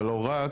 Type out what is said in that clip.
אבל לא רק